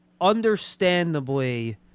understandably